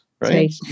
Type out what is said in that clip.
right